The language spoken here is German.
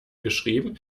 geschrieben